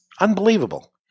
Unbelievable